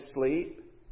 sleep